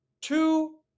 two